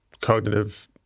cognitive